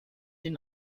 ihn